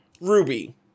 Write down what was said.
ruby